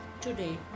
Today